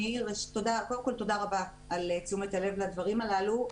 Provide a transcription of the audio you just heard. קודם כל, תודה רבה על תשומת הלב והדברים הללו.